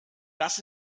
das